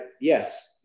yes